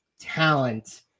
talent